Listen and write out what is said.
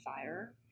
Fire